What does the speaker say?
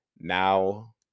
now